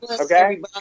Okay